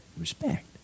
Respect